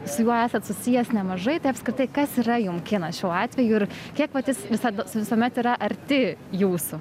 su juo esat susijęs nemažai tai apskritai kas yra jum kinas šiuo atveju ir kiek vat jis visad visuomet yra arti jūsų